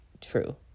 true